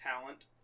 talent